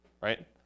right